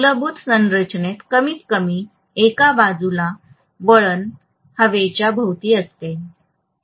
मूलभूत बांधकामात कमीत कमी एका बाजूला वळण हवेच्या भोवती असते